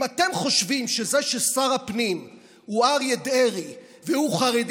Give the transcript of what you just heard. אם אתם חושבים שזה ששר הפנים הוא אריה דרעי והוא חרדי